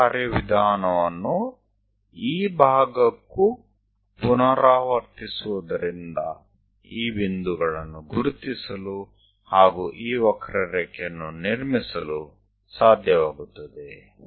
ಅದೇ ಕಾರ್ಯವಿಧಾನವನ್ನು ಈ ಭಾಗಕ್ಕೂ ಪುನರಾವರ್ತಿಸುವುದರಿಂದ ಈ ಬಿಂದುಗಳನ್ನು ಗುರುತಿಸಲು ಹಾಗು ಈ ವಕ್ರರೇಖೆಯನ್ನು ನಿರ್ಮಿಸಲು ಸಾಧ್ಯವಾಗುತ್ತದೆ